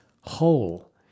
whole